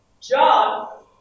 John